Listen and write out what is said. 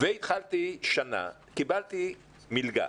התחלתי שנה וקיבלתי מלגה,